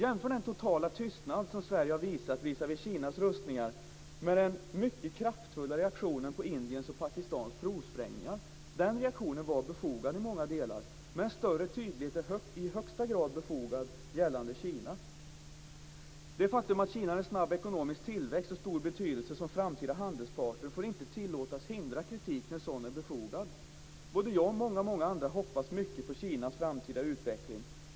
Jämför den totala tystnad som Sverige har visat visavi Kinas rustningar med den mycket kraftfulla reaktionen på Indiens och Pakistans provsprängningar. Den reaktionen var befogad i många delar. Men större tydlighet är i högsta grad befogad gällande Det faktum att Kina har en snabb ekonomisk tillväxt och stor betydelse som framtida handelspartner får inte tillåtas hindra kritik när sådan är befogad. Både jag och många, många andra hoppas mycket på Kinas framtida utveckling.